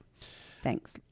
Thanks